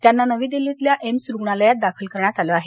त्यांना नवी दिल्लीतील एम्स रुग्णालयात दाखल करण्यात आलं आहे